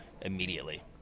immediately